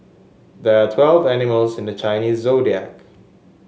there are twelve animals in the Chinese Zodiac